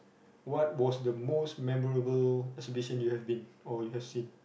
what was the most memorable exhibition you have been or you have seen